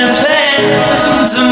plans